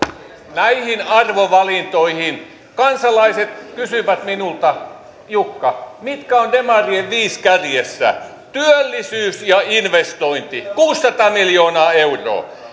näihin arvovalintoihin kansalaiset kysyvät minulta jukka mitkä ovat demareiden viisi kärjessä työllisyys ja investointi kuusisataa miljoonaa euroa